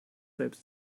selbst